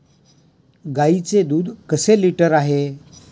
गाईचे दूध कसे लिटर आहे?